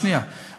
שנייה.